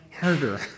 harder